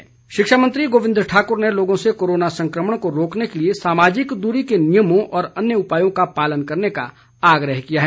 गोविंद ठाकुर शिक्षा मंत्री गोविंद ठाकुर ने लोगों से कोरोना संक्रमण को रोकने के लिए सामाजिक दूरी के नियमों और अन्य उपायों का पालन करने का आग्रह किया है